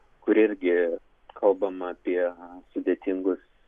kur irgi kalbama apie sudėtingus